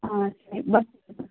ಹಾಂ ಸರಿ ಬರ್